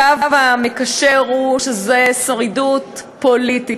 הקו המקשר הוא שזה שרידות פוליטית,